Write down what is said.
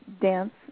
dance